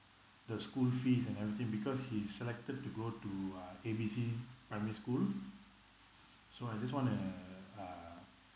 the school fees and everything because he's selected to go to uh A B C primary school so I just wanna uh